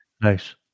Nice